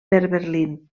berlín